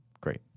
Great